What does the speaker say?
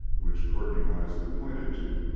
which courtney wisely pointed to.